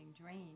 drained